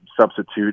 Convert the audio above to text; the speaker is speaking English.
substitute